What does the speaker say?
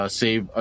save